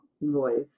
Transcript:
voice